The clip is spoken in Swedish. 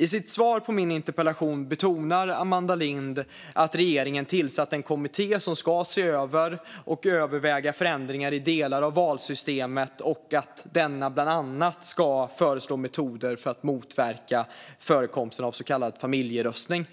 I sitt svar på min interpellation betonar Amanda Lind att regeringen tillsatt en kommitté som ska "se över och överväga förändringar i delar av valsystemet" och att denna bland annat ska "föreslå metoder för att motverka förekomsten av så kallad familjeröstning".